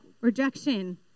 rejection